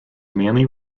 mainly